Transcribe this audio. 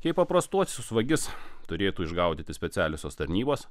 kaip paprastuosius vagis turėtų išgaudyti specialiosios tarnybos